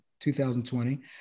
2020